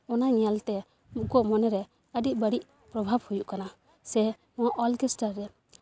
ᱚᱱᱟ ᱧᱮᱞᱛᱮ ᱩᱱᱠᱩᱣᱟᱜ ᱢᱚᱱᱮᱨᱮ ᱟᱹᱰᱤ ᱵᱟᱹᱲᱤᱡ ᱯᱨᱚᱵᱷᱟᱵᱽ ᱦᱩᱭᱩᱜ ᱠᱟᱱᱟ ᱥᱮ ᱱᱚᱣᱟ ᱚᱨᱠᱮᱥᱴᱟᱨ ᱨᱮ